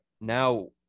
now